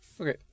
Okay